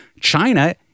China